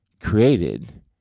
created